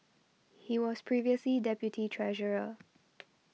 he was previously deputy treasurer